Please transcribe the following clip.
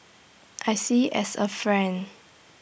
I see as A friend